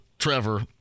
Trevor